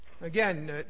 Again